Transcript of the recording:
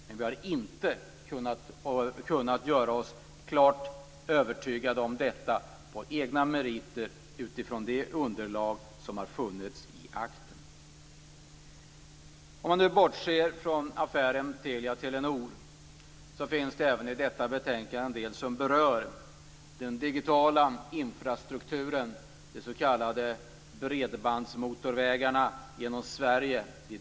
Men vi har inte kunnat bli klart övertygade om detta på egna meriter utifrån det underlag som funnits i akten. Bortsett från affären Telia-Telenor finns det även i detta betänkande en del som berör den digitala infrastrukturen, de digitala s.k. bredbandsmotorvägarna genom Sverige.